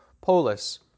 polis